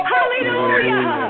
Hallelujah